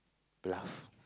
bluff